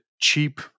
cheap